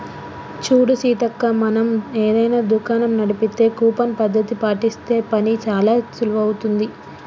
చూడు సీతక్క మనం ఏదైనా దుకాణం నడిపితే కూపన్ పద్ధతి పాటిస్తే పని చానా సులువవుతుంది